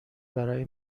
برای